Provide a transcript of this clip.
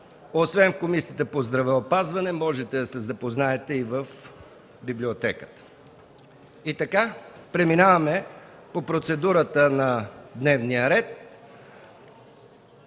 Освен в Комисията по здравеопазване можете да се запознаете и в Библиотеката. Преминаваме по процедурата на дневния ред.